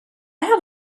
have